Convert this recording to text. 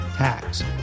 tax